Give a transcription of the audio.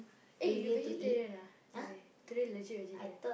eh you vegetarian ah today today legit vegetarian